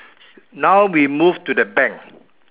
now we move to the bank